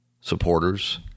supporters